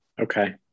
okay